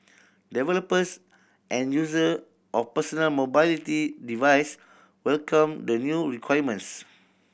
developers and user of personal mobility device welcomed the new requirements